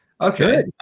Okay